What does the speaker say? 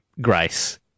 grace